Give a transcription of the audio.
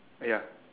ya